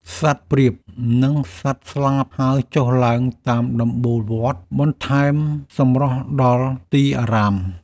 សត្វព្រាប និងសត្វស្លាបហើរចុះឡើងតាមដំបូលវត្ត បន្ថែមសម្រស់ដល់ទីអារាម។